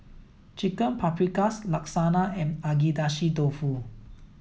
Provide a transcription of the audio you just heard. Chicken Paprikas Lasagna and Agedashi dofu